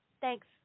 Thanks